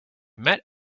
met